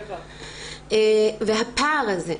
והפער הזה,